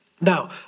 Now